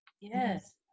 yes